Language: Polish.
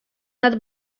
nad